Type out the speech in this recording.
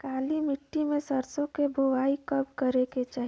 काली मिट्टी में सरसों के बुआई कब करे के चाही?